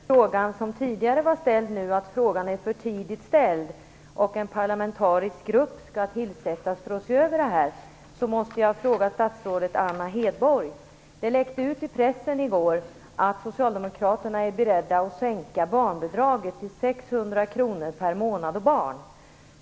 Fru talman! Jag vill anknyta till Margot Wallströms uttalande i förra frågan om att frågan var för tidigt väckt och att en parlamentarisk grupp skall tillsättas för att se över kriterierna. Jag vill då ställa en fråga till statsrådet Anna Hedborg. Det läckte ut i pressen i går att socialdemokraterna är beredda att sänka barnbidraget till 600 kr per månad och barn.